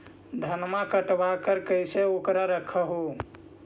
धनमा कटबाकार कैसे उकरा रख हू?